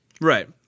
Right